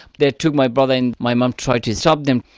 they took my brother and my mum tried to stop them.